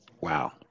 Wow